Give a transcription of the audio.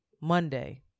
Monday